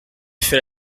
fait